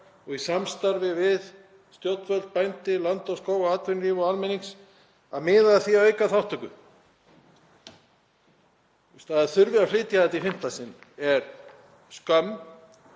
og í samstarfi við stjórnvöld, bændur, Land og skóg, atvinnulíf og almenning að miða að því að auka þátttöku. Að það þurfi að flytja þetta í fimmta sinn er skömm